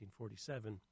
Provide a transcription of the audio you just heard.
1947